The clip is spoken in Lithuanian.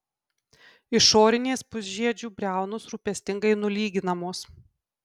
išorinės pusžiedžių briaunos rūpestingai nulyginamos